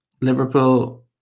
Liverpool